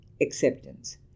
acceptance